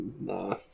nah